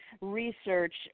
research